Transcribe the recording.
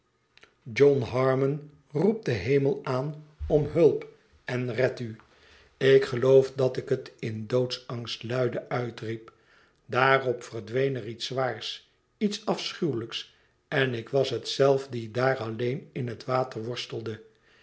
john harmon roep den hemel aan om hulp en red u ik geloof dat ik het in doodsangst luide uitriep daarop verdween er iets zwaars iets afschuwelijks en ik was het zelf die daar alleen in het water worstelde